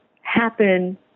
happen